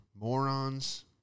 Morons